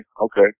okay